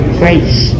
grace